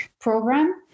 program